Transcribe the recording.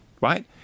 Right